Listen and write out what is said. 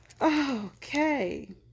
Okay